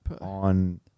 On